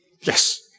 Yes